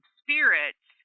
spirits